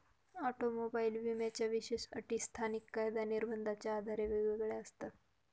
automobile विम्याच्या विशेष अटी स्थानिक कायदा निर्बंधाच्या आधारे वेगवेगळ्या असतात